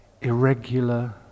irregular